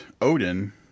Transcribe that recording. Odin